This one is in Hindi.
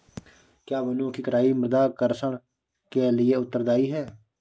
क्या वनों की कटाई मृदा क्षरण के लिए उत्तरदायी है?